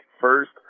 first